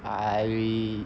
!aiya!